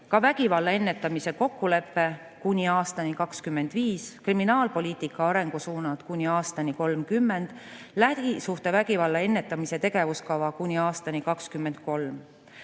ka vägivalla ennetamise kokkulepe kuni aastani 2025, kriminaalpoliitika arengusuunad kuni aastani 2030, lähisuhtevägivalla ennetamise tegevuskava kuni aastani 2023.